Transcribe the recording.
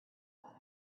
about